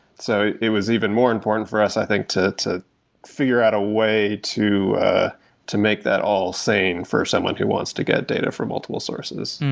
so, it was even more important for us, i think, to to figure out a way to ah to make that all sane for someone who wants to get data from multiple sources